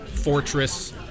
fortress